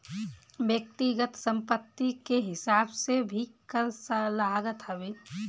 व्यक्तिगत संपत्ति के हिसाब से भी कर लागत हवे